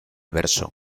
verso